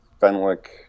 Fenwick